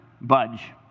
budge